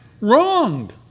wronged